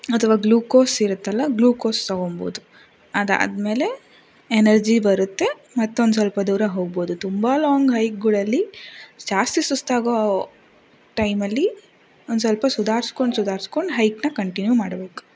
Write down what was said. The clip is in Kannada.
ಅಥವಾ ಗ್ಲುಕೋಸ್ ಇರತ್ತಲ್ಲ ಗ್ಲುಕೋಸ್ ತೊಗೊಂಬೋದು ಅದು ಆದಮೇಲೆ ಎನರ್ಜಿ ಬರತ್ತೆ ಮತ್ತೊಂದು ಸ್ವಲ್ಪ ದೂರ ಹೋಗ್ಬೋದು ತುಂಬ ಲಾಂಗ್ ಹೈಕ್ಗಳಲ್ಲಿ ಜಾಸ್ತಿ ಸುಸ್ತಾಗೋ ಟೈಮಲ್ಲಿ ಒಂದು ಸ್ವಲ್ಪ ಸುಧಾರ್ಸ್ಕೊಂಡ್ ಸುಧಾರ್ಸ್ಕೊಂಡು ಹೈಕನ್ನ ಕಂಟಿನ್ಯೂ ಮಾಡಬೇಕು